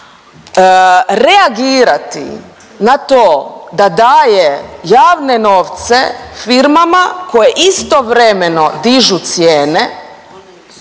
reagirati na to da daje javne novce firmama koje istovremeno dižu cijene.